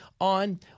on